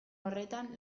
horretan